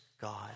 God